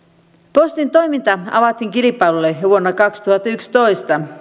postin toiminta avattiin kilpailulle jo vuonna kaksituhattayksitoista